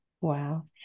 Wow